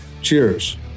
Cheers